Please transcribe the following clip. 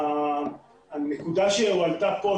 הנקודה שהועלתה פה,